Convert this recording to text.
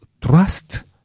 trust